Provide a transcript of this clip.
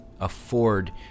afford